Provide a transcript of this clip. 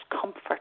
comfort